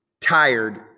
tired